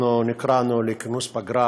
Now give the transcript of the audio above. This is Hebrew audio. אנחנו נקראנו לכינוס פגרה